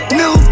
new